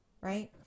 right